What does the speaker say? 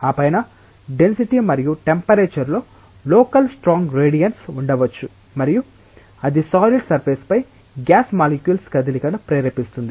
ఆ పైన డెన్సిటీ మరియు టెంపరేచర్ లో లోకల్ స్ట్రాంగ్ గ్రేడియoట్స్ ఉండవచ్చు మరియు అది సాలిడ్ సర్ఫేస్ పై గ్యాస్ మాలిక్యూల్స్ కదలికను ప్రేరేపిస్తుంది